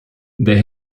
there